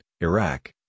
Iraq